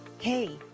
hey